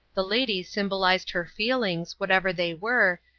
the lady symbolized her feelings, whatever they were,